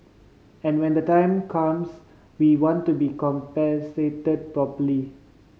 and when the time comes we want to be compensated properly